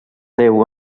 déu